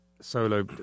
solo